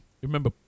remember